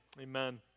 amen